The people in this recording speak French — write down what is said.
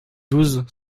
douze